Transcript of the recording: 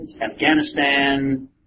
Afghanistan